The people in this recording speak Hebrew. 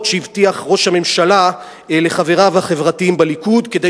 שהבטיח ראש הממשלה לחבריו החברתיים בליכוד כדי